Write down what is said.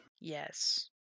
Yes